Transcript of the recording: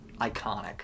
Iconic